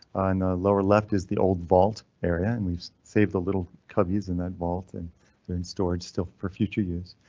lower left is the old vault area, and we've saved the little cubbies in that vault, and they're in storage. still for future use,